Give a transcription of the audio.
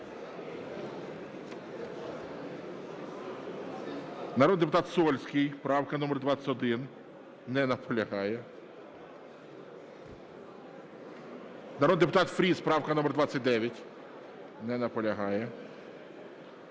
Народний депутат Сольський, правка номер 21. Не наполягає. Народний депутат Фріс, правка номер 29. Не наполягає.